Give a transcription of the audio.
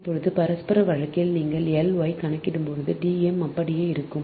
இப்போது பரஸ்பர வழக்கில் நீங்கள் L y கணக்கிடும்போது D m அப்படியே இருக்கும்